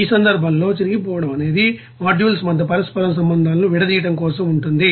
ఆ సందర్భంలో చిరిగిపోవడం అనేది మాడ్యూల్స్ మధ్య పరస్పర సంబంధాలను విడదీయడం కోసం ఉంటుంది